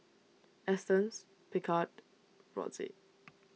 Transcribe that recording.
Astons Picard Brotzeit